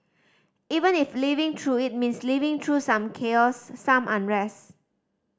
even if living through it means living through some chaos some unrest